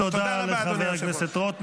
תודה רבה, אדוני